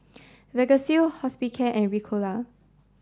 Vagisil Hospicare and Ricola